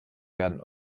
werden